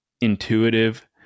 intuitive